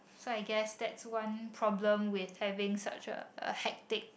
so I guess that's one problem with having such a a hectic